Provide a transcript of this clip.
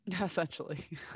Essentially